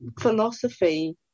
philosophy